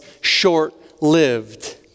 short-lived